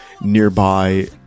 nearby